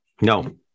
no